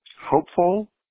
Hopeful